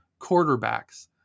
quarterbacks